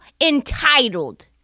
entitled